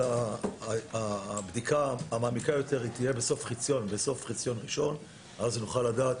אבל הבדיקה המעמיקה יותר תהיה בסוף החציון הראשון ואז נוכל לדעת